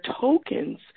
tokens